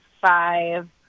five